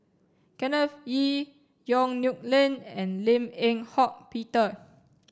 Kenneth Kee Yong Nyuk Lin and Lim Eng Hock Peter